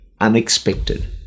unexpected